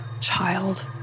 child